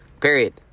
Period